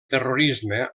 terrorisme